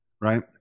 right